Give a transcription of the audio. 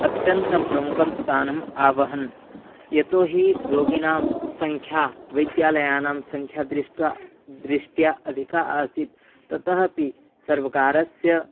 अत्यन्तं प्रमुखं स्थानम् आवहन् यतो हि रोगिणां सङ्ख्या वैद्यालयानां सङ्ख्या दृष्ट्या दृष्ट्या अधिका आसीत् ततः अपि सर्वकारस्य